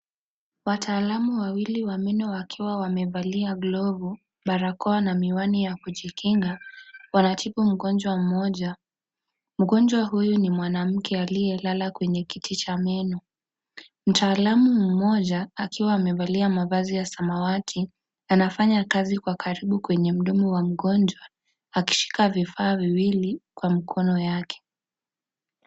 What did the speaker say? Wataalamu wawili wa meno wakiwa wamevalia glovu, barakoa na miwani ya kujikinga. Wanatibu mgonjwa mmoja. Mgonjwa huyu ni mwanamke aliyelala kwenye kiti cha meno. Mtaalamu mmoja akiwa amevalia mavazi ya samawati, anafanya kazi kwa karibu kwenye mdomo wa mgonjwa akishika vifaa viwili kwa mikono yake.